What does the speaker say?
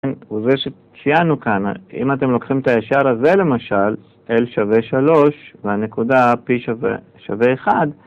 וזה שציינו כאן, אם אתם לוקחים את הישר הזה למשל, l שווה 3 והנקודה p שווה 1,